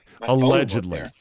Allegedly